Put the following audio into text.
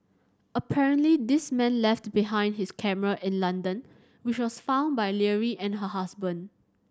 apparently this man left behind his camera in London which was found by Leary and her husband